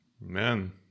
man